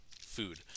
food